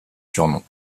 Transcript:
surnoms